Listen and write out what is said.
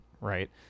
Right